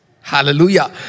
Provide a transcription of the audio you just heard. Hallelujah